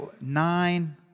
nine